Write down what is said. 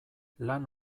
lan